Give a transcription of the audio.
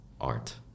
art